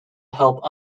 help